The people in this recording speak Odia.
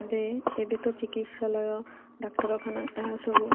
ଏବେ ଏବେତ ଚିକିତ୍ସାଳୟ ଡାକ୍ତରଖାନା ଏହାସବୁ